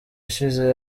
ishize